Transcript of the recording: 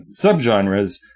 subgenres